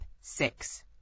six